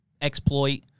exploit